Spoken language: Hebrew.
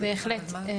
בהחלט.